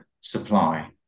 supply